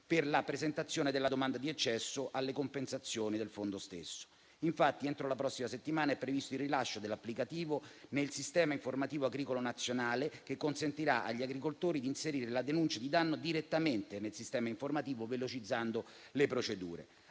per la presentazione della domanda di accesso alle compensazioni del fondo stesso. Infatti, entro la prossima settimana è previsto il rilascio dell'applicativo nel Sistema informativo agricolo nazionale, che consentirà agli agricoltori di inserire la denuncia di danno direttamente nel sistema informativo, velocizzando così le procedure.